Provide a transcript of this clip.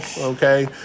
okay